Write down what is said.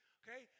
okay